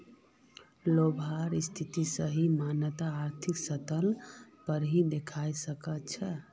लाभेर स्थिति सही मायनत आर्थिक स्तर पर ही दखवा सक छी